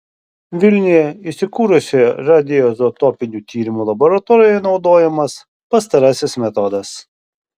vilniuje įsikūrusioje radioizotopinių tyrimų laboratorijoje naudojamas pastarasis metodas